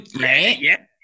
Right